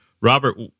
Robert